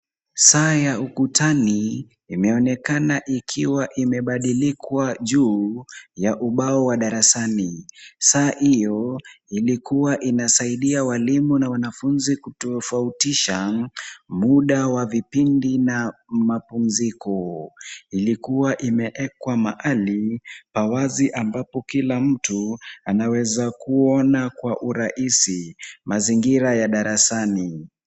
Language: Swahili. Saa ya ukutani imeonekana ikiwa imebandikwa juu ya ubao wa darasani, saa hiyo ilikuwa inasaidia walimu na wanafunzi kutofautisha muda wa vipindi na mapumziko, ilikuwa imewekwa mahali pa wazi ambapo kila mtu anaweza kuona kwa urahisi, mazingira ya darasani.